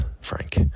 Frank